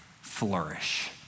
flourish